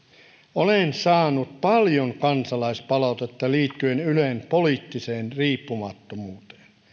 olen saanut paljon kansalaispalautetta liittyen ylen poliittiseen riippumattomuuteen